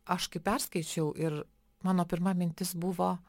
aš kai perskaičiau ir mano pirma mintis buvo